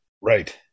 Right